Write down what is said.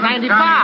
95